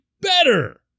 better